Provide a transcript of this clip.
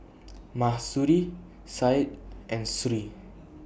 Mahsuri Syed and Sri